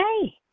Hey